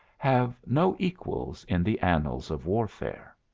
have no equals in the annals of warfare.